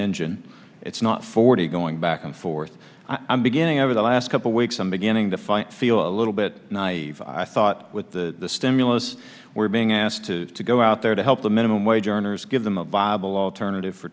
engine it's not forty going back and forth i'm beginning over the last couple weeks i'm beginning to find feel a little bit naive i thought with the stimulus we're being asked to to go out there to help the minimum wage earners give them a viable alternative for